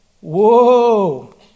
Whoa